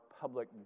public